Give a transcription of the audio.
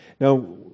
Now